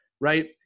right